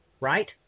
right